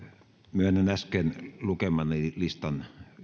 myönnän äsken lukemani listan